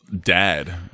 dad